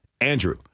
Andrew